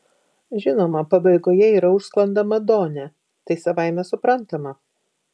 žinoma pabaigoje yra užsklanda madone tai savaime suprantama